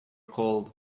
cold